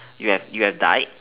you you have died